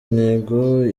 intego